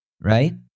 Right